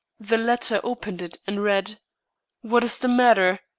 the latter opened it and read what is the matter?